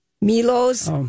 Milo's